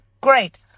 great